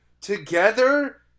together